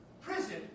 Prison